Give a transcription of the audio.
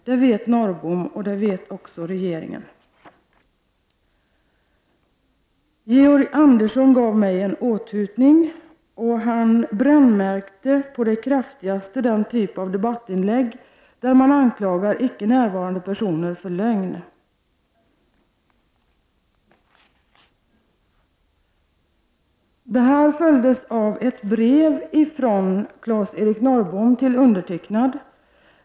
Det vet Norrbom, och det vet också regeringen.” Georg Andersson gav mig en åthutning och brännmärkte på det kraftigaste den typ av debattinlägg där man anklagar icke närvarande personer för lögn. Det här följdes av ett brev från Claes-Eric Norrbom till mig.